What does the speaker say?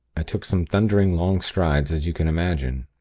i took some thundering long strides, as you can imagine.